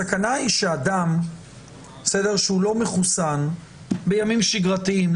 הסכנה היא שאדם שלא מחוסן בימים שגרתיים,